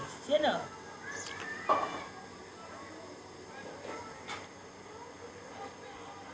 शुष्क क्षेत्र रो खेती कम वर्षा बाला जगह मे करलो जाय छै